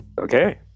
Okay